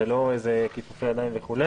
זה לא איזה כיפופי ידיים וכו'.